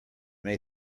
may